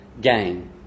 gain